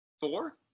four